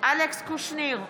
אלכס קושניר,